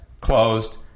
closed